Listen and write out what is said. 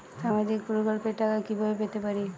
সামাজিক প্রকল্পের টাকা কিভাবে পেতে পারি?